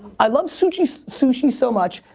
i love sushi sushi so much.